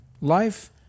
Life